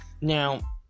Now